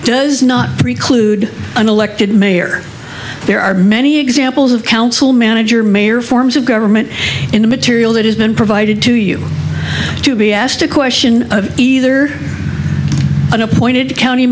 does not preclude an elected mayor there are many examples of council manager mayor forms of government in the material that has been provided to you to be asked a question of either an appointed county